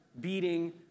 beating